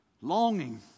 Longing